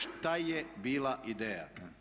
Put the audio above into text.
Šta je bila ideja?